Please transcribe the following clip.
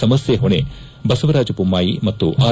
ಸಮಸ್ಯೆ ಹೊಣೆ ಬಸವರಾಜಬೊಮ್ಮಾಯಿ ಮತ್ತು ಆರ್